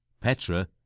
Petra